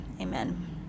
Amen